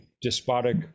despotic